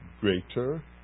greater